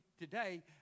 today